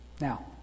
Now